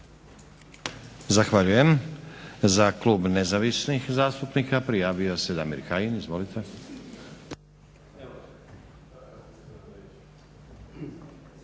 Zahvaljujem. Za Klub nezavisnih zastupnika prijavio se Damir Kajin. Izvolite.